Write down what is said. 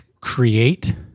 create